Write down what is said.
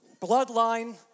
bloodline